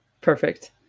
Perfect